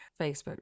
Facebook